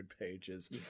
pages